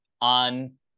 on